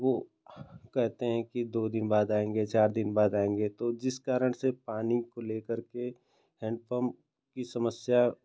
वह कहते हैं कि दो दिन बाद आएँगे चार दिन बाद आएँगे तो जिस कारण से पानी को लेकर के हैन्डपम्प की समस्या